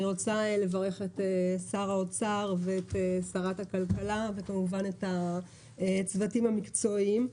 רוצה לברך את שר האוצר ואת שרת הכלכלה וכמובן את הצוותים המקצועיים.